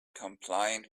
compliant